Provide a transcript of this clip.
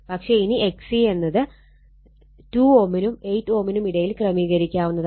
പക്ഷെ ഇനി XC എന്നത് 2 Ω നും 8 Ω നും ഇടയിൽ ക്രമീകരിക്കാവുന്നതാണ്